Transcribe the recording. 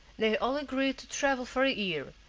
they all agreed to travel for a year,